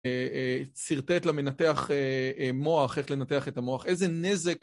שרטט למנתח מוח, איך לנתח את המוח, איזה נזק.